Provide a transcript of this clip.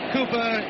Cooper